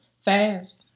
fast